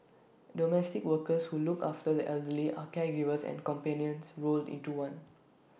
domestic workers who look after the elderly are caregivers and companions rolled into one